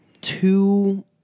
two